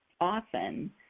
often